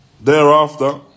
thereafter